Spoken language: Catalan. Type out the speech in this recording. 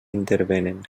intervenen